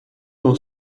n’en